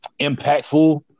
impactful